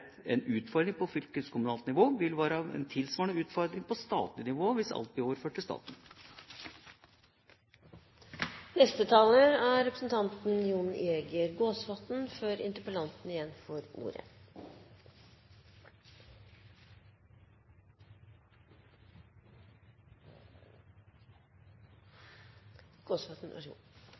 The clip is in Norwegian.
en utfordring på fylkeskommunalt nivå, vil være en tilsvarende utfordring på statlig nivå hvis alt blir overført til staten. Det er